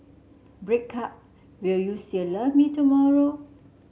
breakup Will you still love me tomorrow